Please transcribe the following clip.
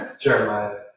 Jeremiah